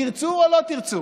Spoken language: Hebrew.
תרצו או לא תרצו.